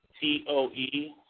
T-O-E